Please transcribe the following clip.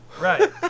Right